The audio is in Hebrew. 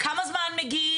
כמה זמן מגיעים